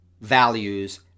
values